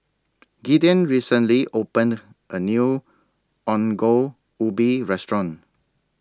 Gideon recently opened A New Ongol Ubi Restaurant